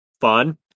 Fun